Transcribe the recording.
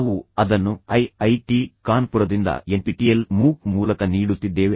ನಾವು ಅದನ್ನು I I T ಕಾನ್ಪುರದಿಂದ ಎನ್ಪಿಟಿಇಎಲ್ ಮೂಕ್ ಮೂಲಕ ನೀಡುತ್ತಿದ್ದೇವೆ